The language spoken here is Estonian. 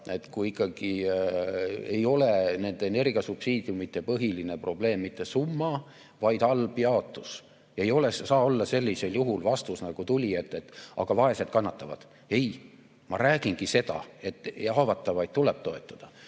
et kui ikkagi ei ole nende energiasubsiidiumide põhiline probleem mitte summa, vaid halb jaotus, siis ei saa olla sellisel juhul vastus, nagu tuli, et aga vaesed kannatavad. Ma räägingi seda, et haavatavaid tuleb toetada,